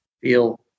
feel